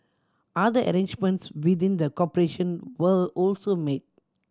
other arrangements within the corporation were also made